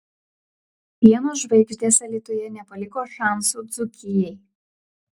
pieno žvaigždės alytuje nepaliko šansų dzūkijai